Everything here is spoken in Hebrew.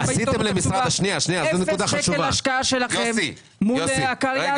בעיתונות הכתובה אפס שקל השקעה שלכם מול הקריין הזה.